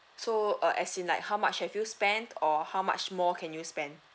so uh as in like how much have you spent or how much more can you spend